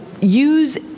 use